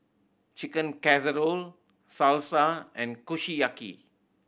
Chicken Casserole Salsa and Kushiyaki